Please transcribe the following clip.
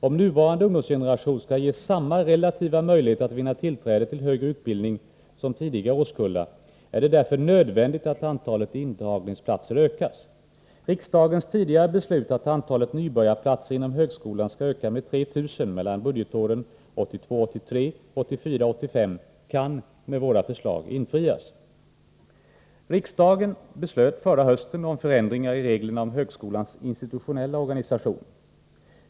Om nuvarande ungdomsgeneration skall ges samma relativa möjlighet att vinna tillträde till högre utbildning som tidigare årskullar är det därför nödvändigt att antalet intagningsplatser ökas. Riksdagens tidigare beslut att antalet nybörjarplatser inom högskolan skall öka med 3 000 mellan budgetåren 1982 85 kan med våra förslag infrias. Riksdagen beslöt förra hösten om förändringar i reglerna om högskolans institutionella organisation.